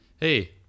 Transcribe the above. Hey